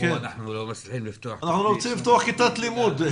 ופה אנחנו לא מצליחים לפתוח --- אנחנו לא מצליחים לפתוח כיתת לימוד.